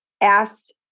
asked